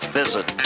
visit